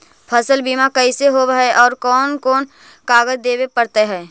फसल बिमा कैसे होब है और कोन कोन कागज देबे पड़तै है?